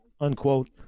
unquote